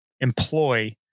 employ